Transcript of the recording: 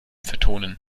vertonen